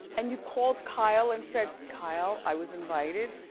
and you called kyle and said, kyle, i was invited.